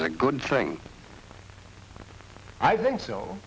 is a good thing i think s